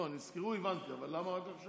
לא, נזכרו, הבנתי, אבל למה רק עכשיו?